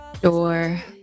door